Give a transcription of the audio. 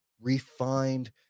refined